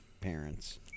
parents